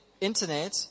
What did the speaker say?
internet